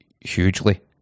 hugely